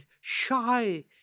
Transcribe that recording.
shy